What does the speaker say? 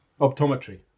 optometry